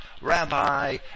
Rabbi